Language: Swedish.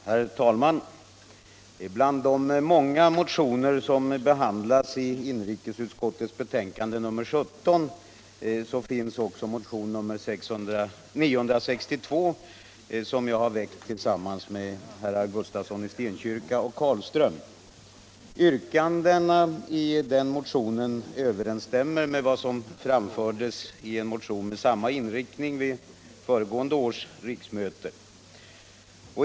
Herr talman! Bland de många motioner som behandlas i inrikesutskottets betänkande nr 17 finns också motionen 962 som jag har väckt tillsammans med herr Gustafsson i Stenkyrka och herr Carlström. Yrkandena i den motionen överensstämmer med vad som framfördes i en motion med samma inriktning vid föregående års riksdag.